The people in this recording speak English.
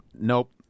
Nope